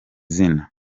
zina